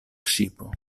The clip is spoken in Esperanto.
ŝipo